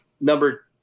number